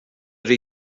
rhy